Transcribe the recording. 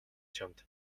чамд